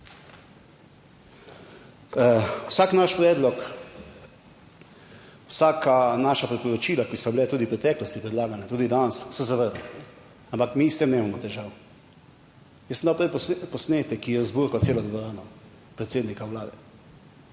Vsak naš predlog, vsaka naša priporočila, ki so bila tudi v preteklosti predlagana, tudi danes, so zavrnili, ampak mi s tem nimamo težav. Jaz sem dal prej posnetek, ki je razburkal celo dvorano, predsednika Vlade.